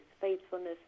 faithfulness